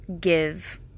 give